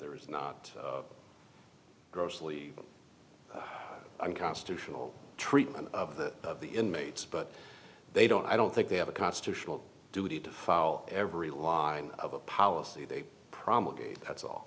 there is not grossly unconstitutional treatment of the of the inmates but they don't i don't think they have a constitutional duty to follow every one of a policy they promulgated that's all